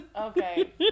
Okay